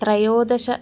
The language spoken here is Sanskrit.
त्रयोदश